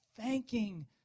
thanking